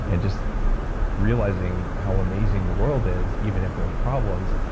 and just realizing how amazing the world is, even if there's problems,